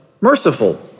merciful